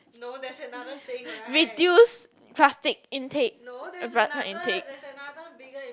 reduce plastic intake not intake